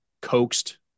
coaxed